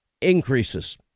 increases